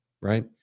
right